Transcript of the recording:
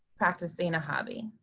practicing a hobby.